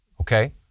okay